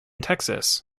texas